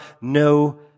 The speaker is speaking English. no